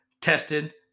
tested